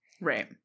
Right